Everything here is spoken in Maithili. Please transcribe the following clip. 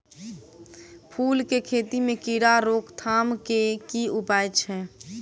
फूल केँ खेती मे कीड़ा रोकथाम केँ की उपाय छै?